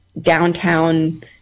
downtown